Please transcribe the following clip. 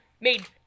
made